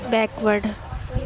backward